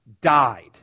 died